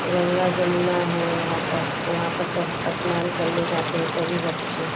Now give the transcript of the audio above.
गंगा जमुना है वहाँ पर वहाँ पर सब स्नान करने जाते हैं सभी बच्चे